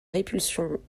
répulsion